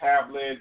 tablet